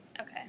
Okay